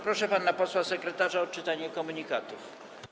Proszę pana posła sekretarza o odczytanie komunikatów.